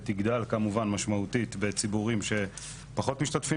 ויגדל כמובן משמעותית בציבורים שפחות משתתפים